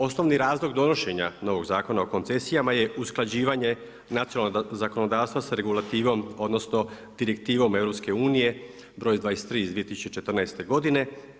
Osnovni razlog donošenja novog Zakona o koncesijama je usklađivanje nacionalnog zakonodavstva sa Regulativom, Direktivom EU, br.23 iz 2014. godine.